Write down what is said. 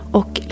och